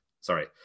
sorry